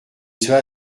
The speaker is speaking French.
cela